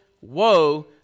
woe